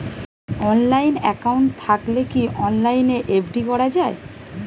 Online account থাকলে কি অনলাইনে এফ.ডি করা যায়?